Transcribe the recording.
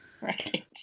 right